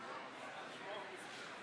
הכנסת וכבוד נשיא